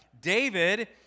David